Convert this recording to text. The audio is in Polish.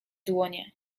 dłonie